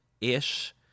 ish